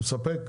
זה מספק?